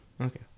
okay